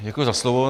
Děkuju za slovo.